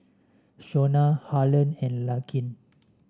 Shonna Harlon and Larkin